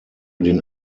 den